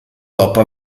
dopo